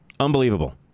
Unbelievable